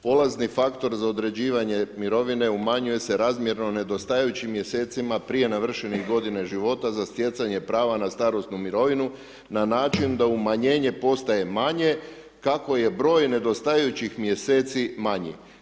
Polazni faktor za određivanje mirovine, umanjuje se razmjeno u nedostajućim mjesecima prije navršenih godine života za stjecanje prava na starosnu mirovinu, na način, da umanjenje postaje manje, kako je broj nedostajućih mjeseci manji.